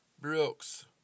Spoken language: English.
Brooks